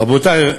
רבותי,